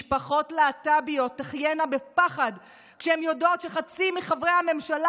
משפחות להט"ביות תחיינה בפחד כשהן יודעת שחצי מחברי הממשלה